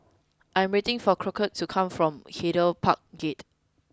I am waiting for Crockett to come from Hyde Park Gate